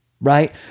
right